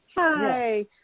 Hi